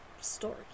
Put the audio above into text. story